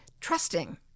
trusting